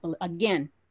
Again